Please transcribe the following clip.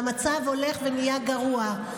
והמצב הולך ונהיה גרוע.